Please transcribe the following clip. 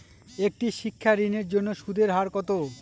একটি শিক্ষা ঋণের জন্য সুদের হার কত?